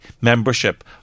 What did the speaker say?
membership